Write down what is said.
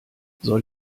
soll